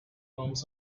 arms